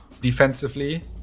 defensively